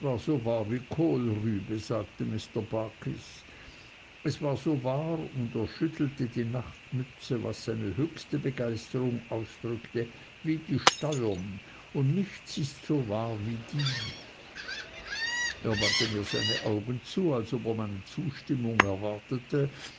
wie kohlrübe sagte mr barkis es war so wahr und er schüttelte die nachtmütze was seine höchste begeisterung ausdrückte wie die steuern und nichts ist so wahr wie die er wandte mir seine augen zu als ob er meine zustimmung erwartete